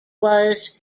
was